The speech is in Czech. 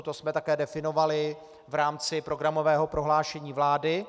To jsme také definovali v rámci programového prohlášení vlády.